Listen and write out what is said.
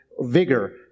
vigor